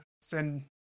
send